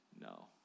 No